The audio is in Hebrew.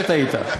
תודה שטעית.